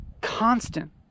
constant